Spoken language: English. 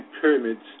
pyramids